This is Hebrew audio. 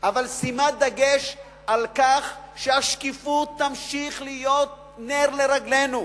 אבל שימת דגש על כך שהשקיפות תמשיך להיות נר לרגלינו,